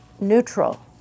neutral